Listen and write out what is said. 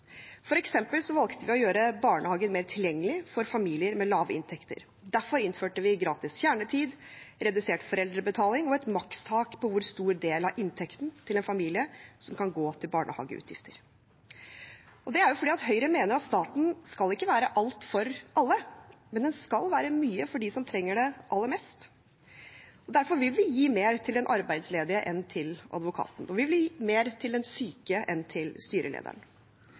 valgte vi å gjøre barnehagen mer tilgjengelig for familier med lave inntekter. Derfor innførte vi gratis kjernetid, redusert foreldrebetaling og et makstak på hvor stor del av inntekten til en familie som kan gå til barnehageutgifter. Det er fordi Høyre mener at staten ikke skal være alt for alle, men den skal være mye for dem som trenger det aller mest. Derfor vil vi gi mer til den arbeidsledige enn til advokaten, og vi vil gi mer til den syke enn til styrelederen.